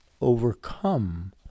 overcome